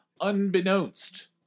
Unbeknownst